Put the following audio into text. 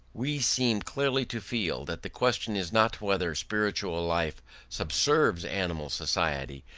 we seem clearly to feel that the question is not whether spiritual life subserves animal society,